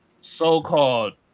so-called